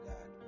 God